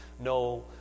no